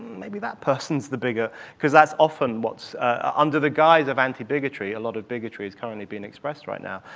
maybe that person's the bigot cause that's often what's under the guise of anti-bigotry, a lot of bigotry is currently being expressed right now.